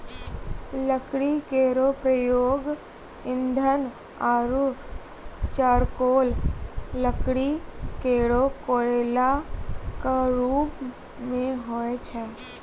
लकड़ी केरो प्रयोग ईंधन आरु चारकोल लकड़ी केरो कोयला क रुप मे होय छै